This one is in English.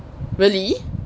really